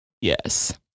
yes